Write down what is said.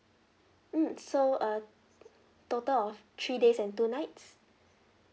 mm so uh total of three days and two nights